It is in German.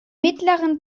mittleren